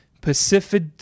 Pacific